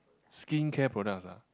skincare products ah